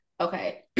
Okay